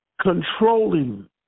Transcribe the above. controlling